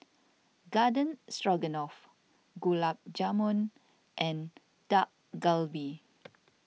Garden Stroganoff Gulab Jamun and Dak Galbi